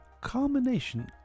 culmination